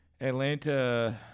Atlanta